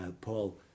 Paul